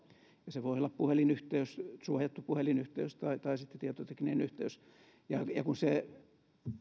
se voi olla puhelinyhteys suojattu puhelinyhteys tai tai sitten tietotekninen yhteys ja ja kun se